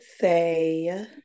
say